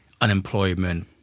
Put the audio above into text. Unemployment